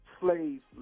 slaves